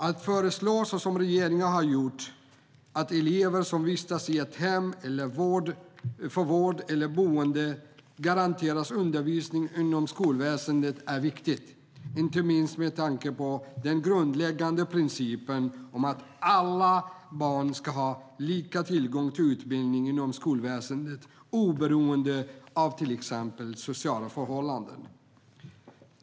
Att föreslå, såsom regeringen har gjort, att elever som vistas i ett hem för vård eller boende ska garanteras undervisning inom skolväsendet är viktigt, inte minst med tanke på den grundläggande principen att alla barn ska ha lika tillgång till utbildning inom skolväsendet oberoende av till exempel sociala förhållanden.